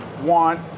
want